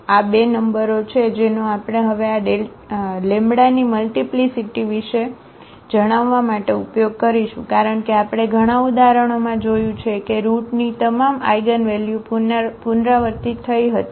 તેથી આ બે નંબરો છે જેનો આપણે હવે આ λની મલ્ટીપ્લીસીટી વિશે જણાવવા માટે ઉપયોગ કરીશું કારણ કે આપણે ઘણાં ઉદાહરણોમાં જોયું છે કે રુટની તમામ આઇગનવેલ્યુ પુનરાવર્તિત થઈ હતી